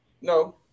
no